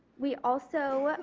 we also,